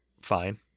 fine